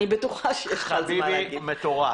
אני בטוחה שיש לך מה להגיד.